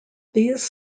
these